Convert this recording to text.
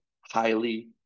highly